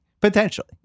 Potentially